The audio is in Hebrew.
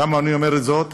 למה אני אומר זאת?